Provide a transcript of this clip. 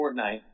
fortnite